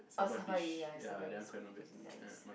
oh Saba 鱼 ya Saba 鱼 is freaking nice